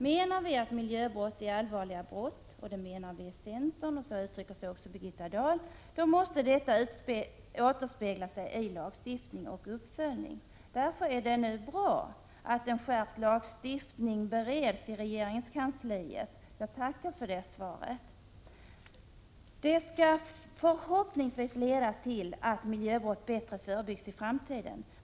Menar vi att miljöbrott är allvarliga brott — och det menar vi i centern och jag vill hoppas även Birgitta Dahl — då måste detta återspegla sig i lagstiftning och uppföljning. Därför är det bra att en skärpt lagstiftning nu bereds inom regeringskansliet. Jag tackar för den delen av svaret. Det skall förhoppningsvis leda till att miljöbrott bättre förebyggs i framtiden.